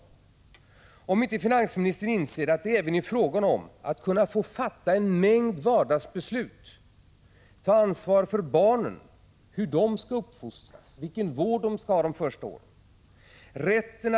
Det är bara att beklaga om inte finansministern inser att det även är fråga om att få fatta en mängd vardagsbeslut, att ta ansvar för barnen och för hur de skall uppfostras, vilken vård de skall ha de första åren.